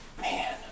man